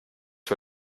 für